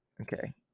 Okay